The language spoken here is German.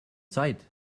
zeit